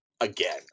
again